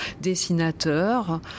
dessinateur